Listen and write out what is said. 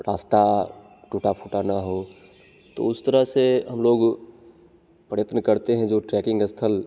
रास्ता टूटा फूटा ना हो तो उस तरह से हम लोग प्रयत्न करते हैं जो ट्रैकिंग स्थल